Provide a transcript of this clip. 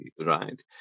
right